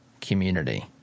community